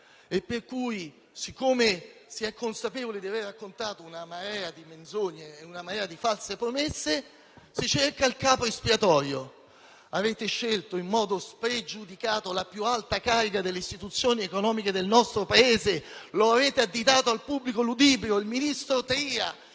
per cui, siccome si è consapevoli di aver raccontato una marea di menzogne e di false promesse, si cerca il capro espiatorio: avete scelto in modo spregiudicato la più alta carica delle istituzioni economiche del nostro Paese, il ministro Tria, e lo avete additato al pubblico ludibrio. Questo è